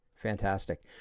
Fantastic